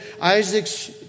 Isaac's